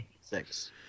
Six